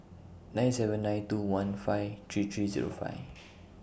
nine seven nine two one five three three Zero five